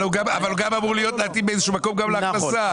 אבל גם אמור להיות באיזשהו מקום גם להכנסה,